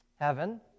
Heaven